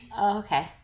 Okay